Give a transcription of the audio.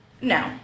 No